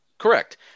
correct